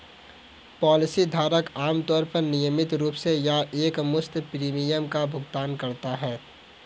policy धारक आमतौर पर नियमित रूप से या एकमुश्त प्रीमियम का भुगतान करता है